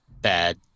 bad